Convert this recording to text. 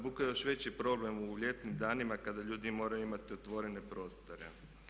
Buka je još veći problem u ljetnim danima kada ljudi moraju imati otvorene prostore.